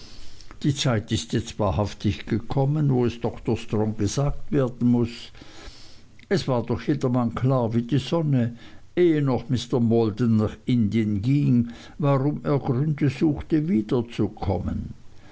die zeit ist jetzt wahrhaftig ge kommen wo es dr strong gesagt werden muß es war doch jedermann klar wie die sonne ehe noch mr maldon nach indien ging warum er gründe suchte wiederzukommen